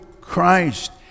Christ